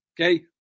okay